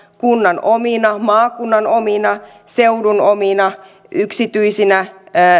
kunnan omina maakunnan omina seudun omina yksityisinä